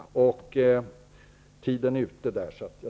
Där är min taletid ute.